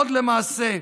עוד, למעשה,